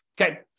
Okay